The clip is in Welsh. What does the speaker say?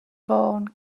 fôn